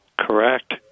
correct